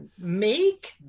make